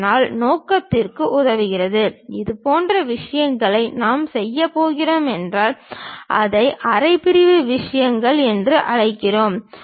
இதனால் நோக்கத்திற்கும் உதவுகிறது இதுபோன்ற விஷயங்களை நாம் செய்யப் போகிறோம் என்றால் அதை அரை பிரிவு விஷயங்கள் என்று அழைக்கிறோம்